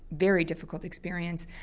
very difficult experience,